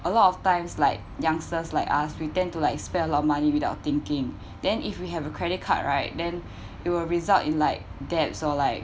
a lot of times like youngsters like us we tend to like spend a lot of money without thinking then if we have a credit card right then it will result in like that so like